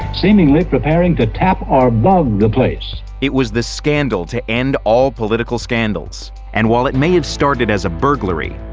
seemingly preparing to tap or bug the place. it was the scandal to end all political scandals. and while it may have started as a burglary,